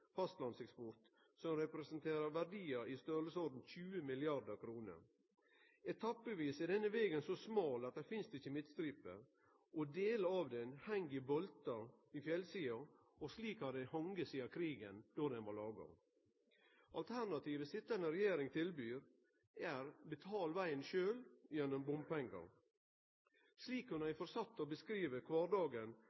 fastlandseksport som representerer verdiar i storleiken 20 mrd. kr. Etappevis er denne vegen så smal at det ikkje finst midtstripe. Delar av han heng i boltar i fjellsida, og slik har han hange sidan krigen, då han blei laga. Alternativet den sitjande regjeringa tilbyr, er å betale vegen sjølv gjennom bompengar. Slik kunne